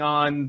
on